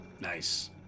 Nice